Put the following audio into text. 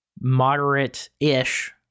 moderate-ish